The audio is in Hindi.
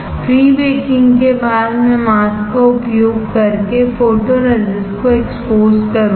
प्री बेकिंग के बाद मैं मास्क का उपयोग करके फोटोरेसिस्टको एक्सपोज़ करूंगा